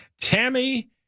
Tammy